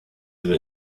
über